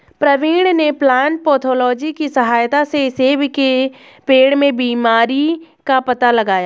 प्रवीण ने plant pathology की सहायता से सेब के पेड़ में बीमारी का पता लगाया